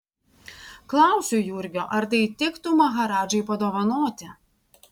klausiu jurgio ar tai tiktų maharadžai padovanoti